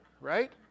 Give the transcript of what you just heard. right